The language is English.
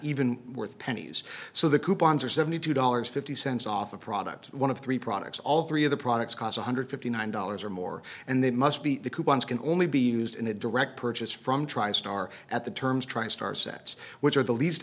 even worth pennies so the coupons are seventy two dollars fifty cents off a product one of three products all three of the products cost one hundred fifty nine dollars or more and they must be the coupons can only be used in a direct purchase from tristar at the terms tristar sets which are the least